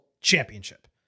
Championship